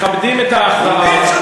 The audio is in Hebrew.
מכבדים את ההכרעה.